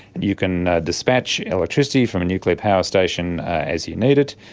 you can dispatch electricity from a nuclear power station as you need it.